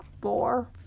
four